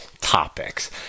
topics